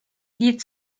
die